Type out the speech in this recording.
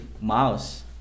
mouse